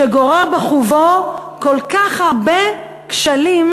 שגורר בחובו כל כך הרבה כשלים,